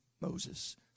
Moses